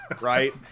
right